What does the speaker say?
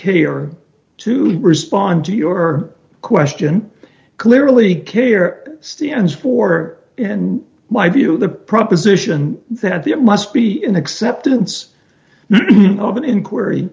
interior to respond to your question clearly care stands for in my view the proposition that the it must be in acceptance of an inquiry